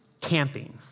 camping